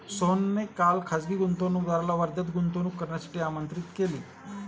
सोहनने काल खासगी गुंतवणूकदाराला वर्ध्यात गुंतवणूक करण्यासाठी आमंत्रित केले